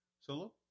solo